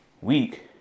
week